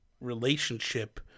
relationship